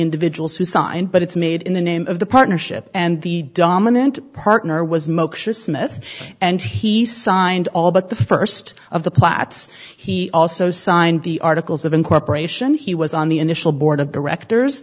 individuals who signed but it's made in the name of the partnership and the dominant partner was moshe smith and he signed all but the first of the platts he also signed the articles of incorporation he was on the initial board of directors